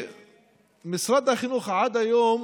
שמשרד החינוך עד היום,